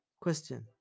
Question